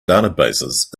databases